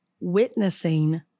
witnessing